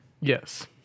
Yes